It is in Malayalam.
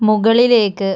മുകളിലേക്ക്